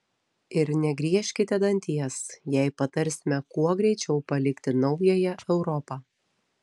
ir negriežkite danties jei patarsime kuo greičiau palikti naująją europą